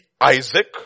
Isaac